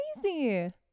crazy